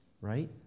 right